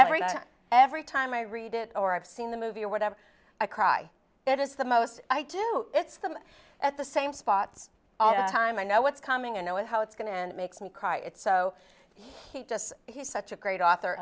and every time i read it or i've seen the movie or whatever i cry it is the most i do it's them at the same spots all the time i know what's coming and what how it's going to end makes me cry it's so he just he's such a great author